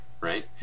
right